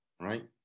right